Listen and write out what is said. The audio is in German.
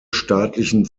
staatlichen